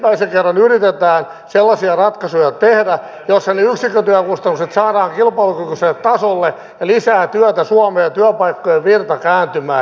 ensimmäisen kerran yritetään sellaisia ratkaisuja tehdä joissa ne yksikkötyökustannukset saadaan kilpailukykyiselle tasolle ja lisää työtä suomeen ja työpaikkojen virta kääntymään